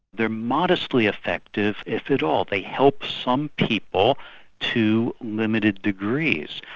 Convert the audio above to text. they're modestly effective if at all. they help some people to limited degrees.